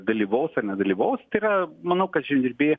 dalyvaus ar nedalyvaus tai yra manau kad žemdirbiai